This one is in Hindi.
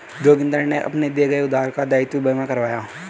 जोगिंदर ने अपने दिए गए उधार का दायित्व बीमा करवाया